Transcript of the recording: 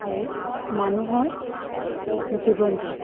আৰু মানুহৰ জীৱনটো